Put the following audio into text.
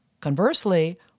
conversely